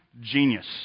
genius